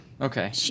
Okay